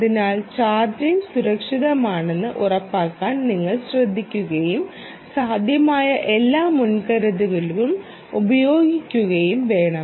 അതിനാൽ ചാർജിംഗ് സുരക്ഷിതമാണെന്ന് ഉറപ്പാക്കാൻ നിങ്ങൾ ശ്രദ്ധിക്കുകയും സാധ്യമായ എല്ലാ മുൻകരുതലുകളും ഉപയോഗിക്കുകയും വേണം